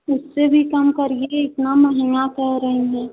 इससे भी कम करिए इतना महंगा कह रहीं हैं